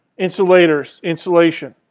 insulators. insulation.